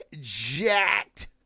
jacked